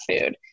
food